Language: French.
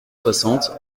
soixante